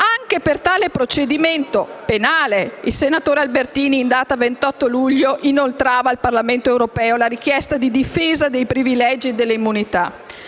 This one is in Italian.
Anche per tale procedimento penale, il senatore Albertini, in data 28 luglio, inoltrava al Parlamento europeo la richiesta di difesa dei privilegi e delle immunità.